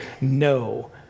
no